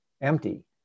empty